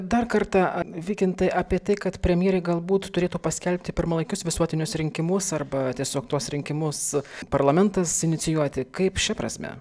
dar kartą vykintai apie tai kad premjerė galbūt turėtų paskelbti pirmalaikius visuotinius rinkimus arba tiesiog tuos rinkimus parlamentas inicijuoti kaip šia prasme